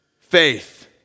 Faith